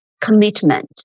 commitment